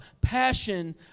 passion